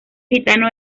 gitano